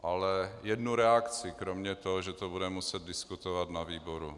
Ale jednu reakci, kromě toho, že to budeme muset diskutovat na výboru.